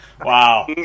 Wow